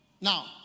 Now